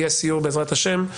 יהיה סיור בעזרת השם.